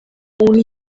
only